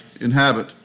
inhabit